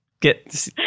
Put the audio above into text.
Get